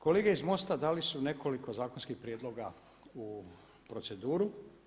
Kolege iz MOST-a dali su nekoliko zakonskih prijedloga u proceduru.